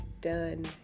done